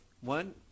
one